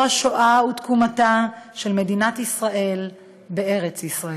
השואה ואת תקומתה של מדינת ישראל בארץ-ישראל.